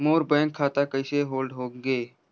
मोर bank खाता कइसे hold होगे?